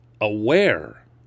aware